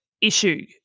issue